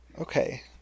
Okay